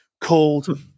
called